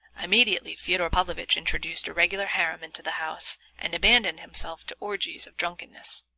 immediately fyodor pavlovitch introduced a regular harem into the house, and abandoned himself to orgies of drunkenness.